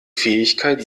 fähigkeit